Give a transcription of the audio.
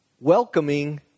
welcoming